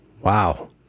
Wow